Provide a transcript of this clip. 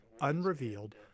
unrevealed